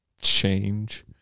change